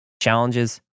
Challenges